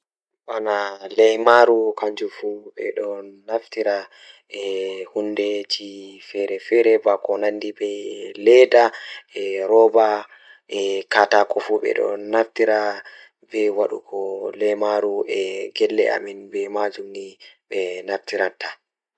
Ko njamaaji goɗɗo ɗum ko ribs, waɗata faggude keɓe sabu sabu rewɓe hoore fiyaangu. Ko njoɓdi goɗɗo ko handle e hoore rewɓe ngal sabu, fiyaangu. Kadi, ko canopy rewɓe sabu sabu sabu njiddaade ko fiyaangu ngal.